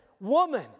woman